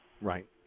Right